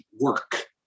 work